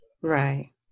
Right